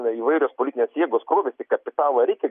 na įvairios politinės jėgos krovėsi kapitalą reikia